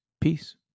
Peace